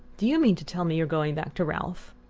do you mean to tell me you're going back to ralph?